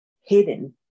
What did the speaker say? hidden